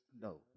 No